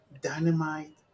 Dynamite